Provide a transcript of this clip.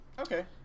Okay